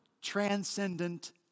Transcendent